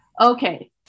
Okay